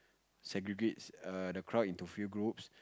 segregate a the crowd into few groups